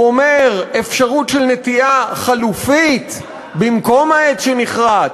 הוא אומר אפשרות של נטיעה חלופית במקום העץ שנכרת.